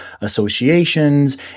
associations